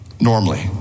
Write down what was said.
normally